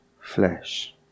flesh